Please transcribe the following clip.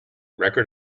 record